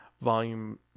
Volume